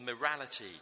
morality